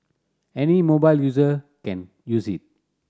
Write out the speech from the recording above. any mobile user can use it